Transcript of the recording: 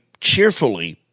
cheerfully